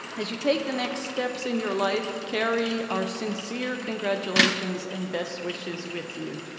as you take the next steps in your life, carry our sincere congratulations and best wishes with you.